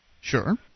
Sure